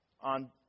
on